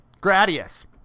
Gradius